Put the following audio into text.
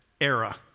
era